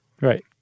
Right